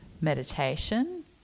meditation